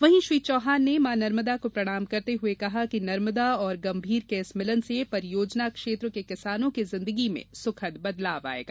वहीं श्री चौहान ने माँ नर्मदा को प्रणाम करते हुए कहा कि नर्मदा और गंभीर के इस मिलन से परियोजना क्षेत्र के किसानों की जिंदगी में सुखद बदलाव आयेगा